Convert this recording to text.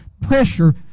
pressure